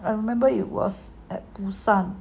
I remember it was at busan